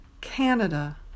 Canada